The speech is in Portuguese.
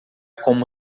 como